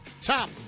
top